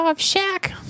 shack